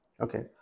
Okay